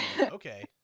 okay